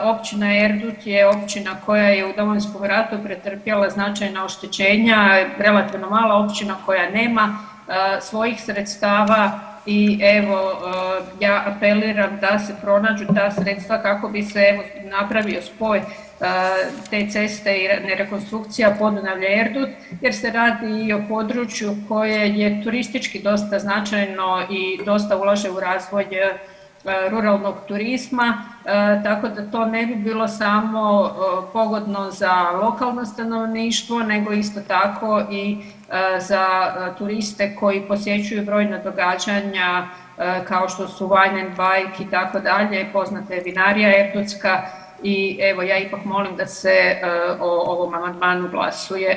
Općina Erdut je općina koja je u Domovinskom ratu pretrpjela značajna oštećenja i relativno mala općina koja nema svojih sredstava i evo ja apeliram da se pronađu ta sredstva kako bi se napravio spoj te ceste i rekonstrukcija Podunavlje-Erdut jer se radi i o području koje je turistički dosta značajno i dosta ulaže u razvoj ruralnog turizma, tako da to ne bi bilo samo za lokalno stanovništvo nego isto tako i za turiste koji posjećuju brojna događanja kao što su … itd. poznata Vinarija erdutska i evo ja ipak molim da se o ovom amandmanu glasuje.